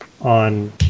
on